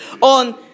on